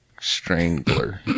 Strangler